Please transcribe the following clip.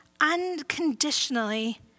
unconditionally